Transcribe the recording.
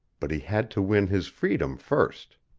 but he had to win his freedom first.